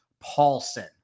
Paulson